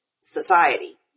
society